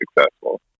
successful